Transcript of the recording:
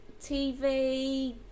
tv